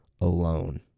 alone